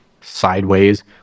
sideways